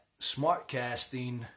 smartcasting